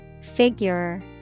Figure